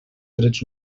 drets